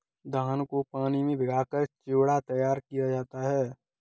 धान को पानी में भिगाकर चिवड़ा तैयार किया जाता है